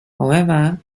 however